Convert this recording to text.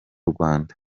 rwanda